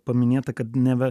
paminėta kad ne